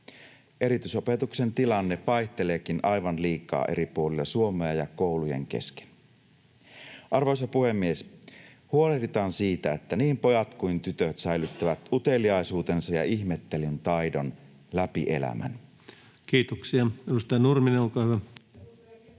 Erityisopetuksen tilanne vaihteleekin aivan liikaa eri puolilla Suomea ja koulujen kesken. Arvoisa puhemies! Huolehditaan siitä, että niin pojat kuin tytöt säilyttävät uteliaisuutensa ja ihmettelyn taidon läpi elämän. Kiitoksia. — Edustaja Nurminen, olkaa hyvä. Arvoisa